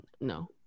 No